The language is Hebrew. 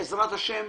בעזרת השם,